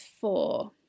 four